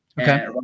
Okay